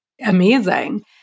amazing